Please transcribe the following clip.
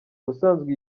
ubusanzwe